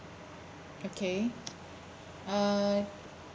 okay uh